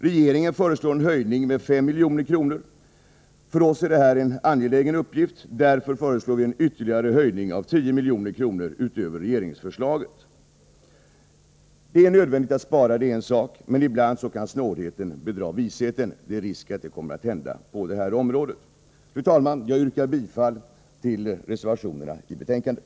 Regeringen föreslår en höjning med 5 milj.kr. För oss är detta en angelägen uppgift, därför föreslår vi en ytterligare höjning med 10 milj.kr. — alltså utöver regeringens förslag. Det är nödvändigt att spara, men ibland kan snålheten bedra visheten. Det är risk för att det är det som kommer att hända på detta område. Fru talman! Jag yrkar bifall till reservationerna i betänkandet.